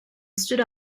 stood